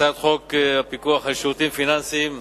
הצעת חוק הפיקוח על שירותים פיננסיים (ביטוח)